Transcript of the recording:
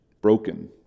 broken